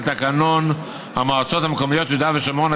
לתקנון המועצות המקומיות (יהודה ושומרון),